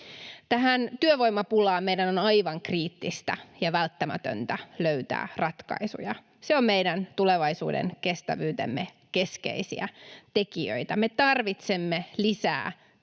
Tähän työvoimapulaan meidän on aivan kriittistä ja välttämätöntä löytää ratkaisuja. Se on meidän tulevaisuuden kestävyytemme keskeisiä tekijöitä. Me tarvitsemme lisää